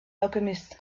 alchemist